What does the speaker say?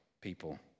people